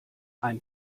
ein